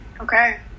Okay